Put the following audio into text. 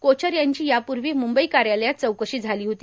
कोचर यांची यापूर्वी मुंबई कार्यालयात चौकशी झालेली आहे